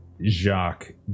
Jacques